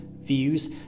views